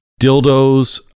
dildos